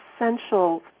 essential